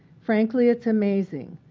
frankly, it's amazing.